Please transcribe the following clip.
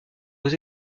aux